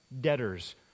debtors